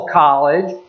college